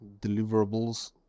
deliverables